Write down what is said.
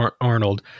Arnold